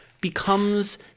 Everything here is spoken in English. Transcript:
becomes